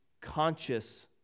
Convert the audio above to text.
conscious